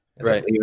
right